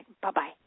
Bye-bye